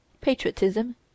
patriotism